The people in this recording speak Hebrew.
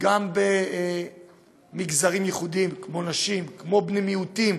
גם במגזרים ייחודיים כמו נשים, כמו בני מיעוטים,